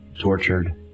tortured